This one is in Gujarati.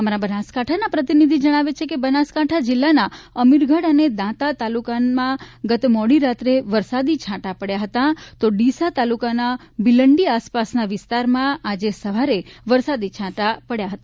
અમારા બનાસકાંઠાના પ્રતિનિધિ જણાવે છે કે બનાસકાંઠા જિલ્લાના અમીરગઢ અને દાંતા તાલુકાના ગતમોડી રાત્રે વરસાદી છાંટા પડ્યા હતા તો ડિસા તાલુકાના ભીલંડી આસપાસના વિસ્તારમાં આજે સવારે વરસાદી છાંટા પડ્યા હતા